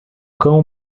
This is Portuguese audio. cão